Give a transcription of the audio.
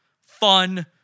fun